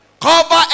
Cover